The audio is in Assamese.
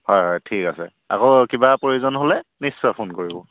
হয় হয় ঠিক আছে আকৌ কিবা প্ৰয়োজন হ'লে নিশ্চয় ফোন কৰিব